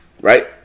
right